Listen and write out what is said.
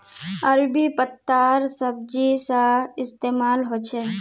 अरबी पत्तार सब्जी सा इस्तेमाल होछे